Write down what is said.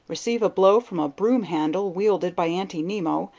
receive a blow from a broom-handle wielded by aunty nimmo,